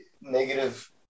Negative